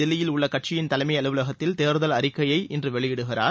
தில்லியில் உள்ள கட்சியின் தலைமை அலுவலகத்தில் தேர்தல் அறிக்கையை இன்று வெளியிடுகிறார்